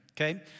okay